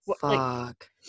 Fuck